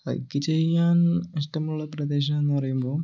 hike ചെയ്യാൻ ഇഷ്ടമുള്ള പ്രദേശമെന്നു പറയുമ്പോൾ